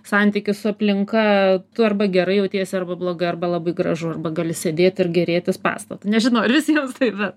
santykis su aplinka tu arba gerai jautiesi arba blogai arba labai gražu arba gali sėdėt ir gėrėtis pastatu nežinau ar visiems taip bet